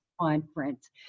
conference